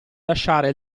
lasciare